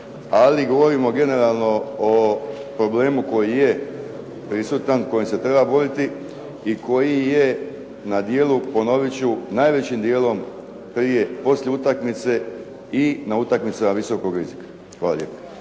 Ali govorimo generalno o problemu koji je prisutan, kojim se treba boriti i koji je na dijelu, ponoviti ću najvećim dijelom prije i poslije utakmice i na utakmicama visokog rizika. Hvala lijepo.